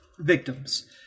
victims